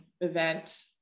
event